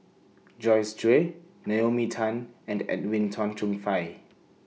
Joyce Jue Naomi Tan and Edwin Tong Chun Fai